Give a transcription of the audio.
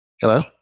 Hello